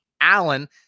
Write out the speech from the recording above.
Allen